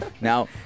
now